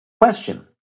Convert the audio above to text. question